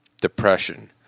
depression